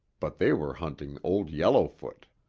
but they were hunting old yellowfoot.